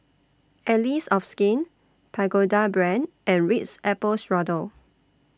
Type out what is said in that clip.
Allies of Skin Pagoda Brand and Ritz Apple Strudel